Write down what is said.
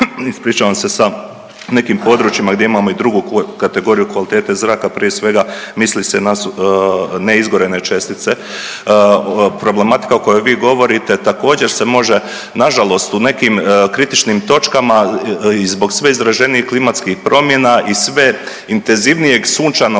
u RH sa nekim područjima gdje imamo i drugu kategoriju kvalitete zraka, prije svega misli se na neizgorene čestice. Problematika o kojoj vi govorite također se može nažalost u nekim kritičnim točkama zbog sve izrađenijih klimatskih promjena i sve intenzivnijeg sunčanog